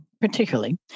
particularly